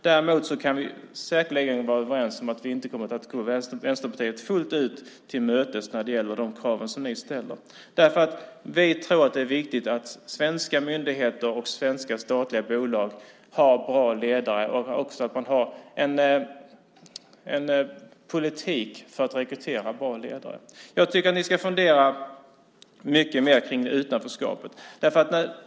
Däremot kan vi säkerligen vara överens om att vi inte fullt ut kommer att gå Vänsterpartiet till mötes när det gäller de krav som ni ställer. Vi tror nämligen att det är viktigt att svenska myndigheter och svenska statliga bolag har bra ledare och att man har en politik för att rekrytera bra ledare. Jag tycker att ni mycket mer ska fundera kring utanförskapet.